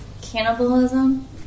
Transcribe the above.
Cannibalism